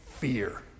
fear